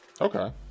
okay